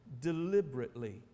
deliberately